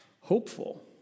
hopeful